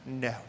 No